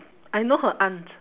I know her aunt